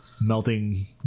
melting